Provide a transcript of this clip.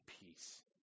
peace